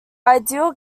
ideal